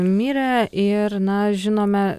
mirė ir na žinome